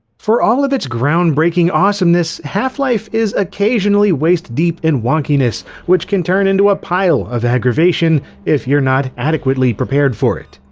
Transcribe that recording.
for all of its groundbreaking awesomeness, half-life is occasionally waist-deep in wonkiness which can turn into a pile of aggravation if you're not adequately prepared for it.